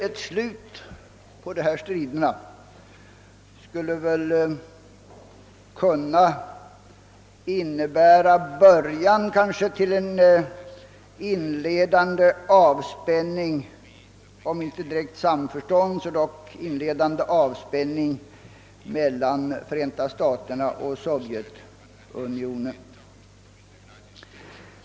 Ett slut på striderna skulle kanske kunna innebära början till en inledande avspän ning — om också inte direkt samförstånd — mellan Förenta staterna och Sovjetunionen.